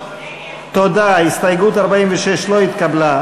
הסתייגות 45 לא התקבלה.